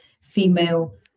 female